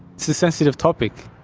sensitive topic.